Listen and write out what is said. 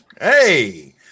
Hey